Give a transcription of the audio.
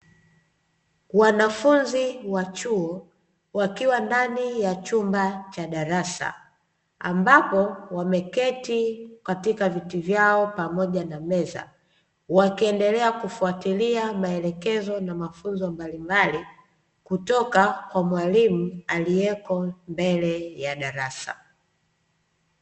Wanafunzi wa chuo, wakiwa ndani ya chumba cha darasa, ambapo wameketi katika viti vyao pamoja na meza, wakiendelea kufuatilia maelekezo na mafunzo mbalimbali kutoka kwa mwalimu aliyepo mbele ya darasa.